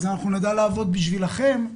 נדע לעבוד בשבילכם,